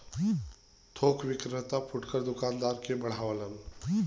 थोक विक्रेता फुटकर दूकानदार के बढ़ावलन